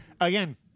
Again